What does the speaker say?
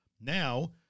Now